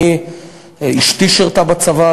אשתי שירתה בצבא,